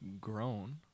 grown